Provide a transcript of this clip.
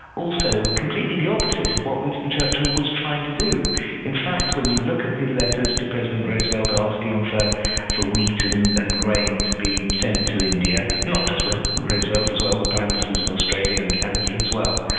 also completely the opposite of what winston churchill was trying to do in fact, when you look at his letters to president roosevelt asking for for wheat and and grain to be sent to india, not just roosevelt as well, the prime ministers of australia and canada as well,